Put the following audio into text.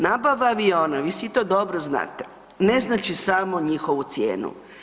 Nabava aviona, vi svi to dobro znate, ne znači samo njihovu cijenu.